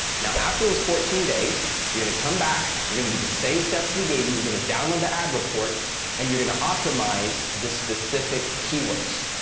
now, after those fourteen days, you're going to come back, you're going to do the same steps we gave you. we're going to download the ad report and you're going to optimize the specific keywords,